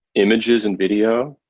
images and video,